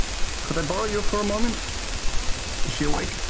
could i borrow you for a moment? is she awake?